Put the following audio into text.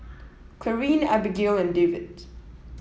Clarine Abigail and Dewitt